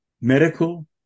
medical